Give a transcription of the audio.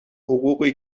حقوقی